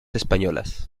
españolas